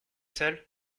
seul